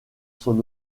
son